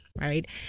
right